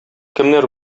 кемнәр